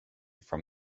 from